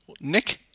Nick